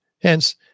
Hence